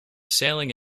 sailing